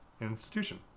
institution